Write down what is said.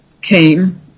came